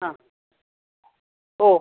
ആ ഓ